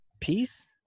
peace